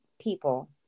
people